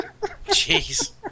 Jeez